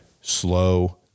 slow